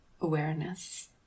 awareness